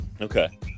Okay